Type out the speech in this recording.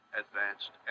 advanced